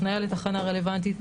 הפניה לתחנה רלוונטית,